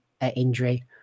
injury